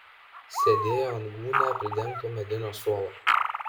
sėdėjo ant gūnia pridengto medinio suolo